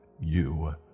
you